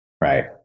right